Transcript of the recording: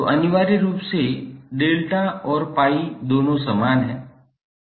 तो अनिवार्य रूप से डेल्टा और पाई दोनों समान हैं